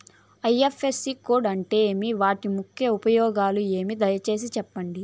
IFSC code అంటే ఏమి? వీటి ముఖ్య ఉపయోగం ఏమి? దయసేసి సెప్పండి?